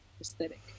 aesthetic